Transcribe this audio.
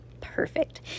Perfect